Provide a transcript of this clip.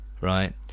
right